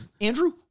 Andrew